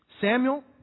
Samuel